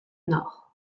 nord